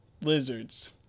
lizards